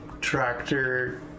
tractor